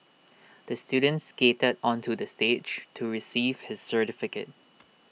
the student skated onto the stage to receive his certificate